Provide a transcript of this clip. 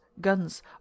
guns